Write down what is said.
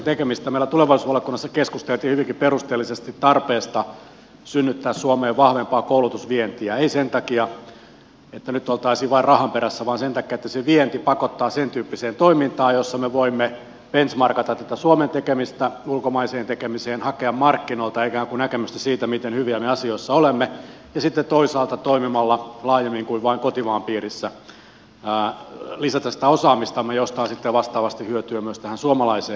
meillä tulevaisuusvaliokunnassa keskusteltiin hyvinkin perusteellisesti tarpeesta synnyttää suomeen vahvempaa koulutusvientiä ei sen takia että nyt oltaisiin vain rahan perässä vaan sen takia että se vienti pakottaa sentyyppiseen toimintaan jossa me voimme benchmarkata tätä suomen tekemistä ulkomaiseen tekemiseen hakea markkinoilta ikään kuin näkemystä siitä miten hyviä me asioissa olemme ja sitten toisaalta toimimalla laajemmin kuin vain kotimaan piirissä voimme lisätä sitä osaamistamme josta on sitten vastaavasti hyötyä myös tässä suomalaisessa opetusmaisemassa